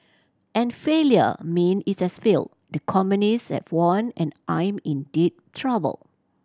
and failure mean it has failed the communist have won and I'm in deep trouble